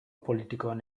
politikoan